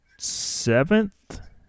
seventh